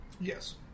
Yes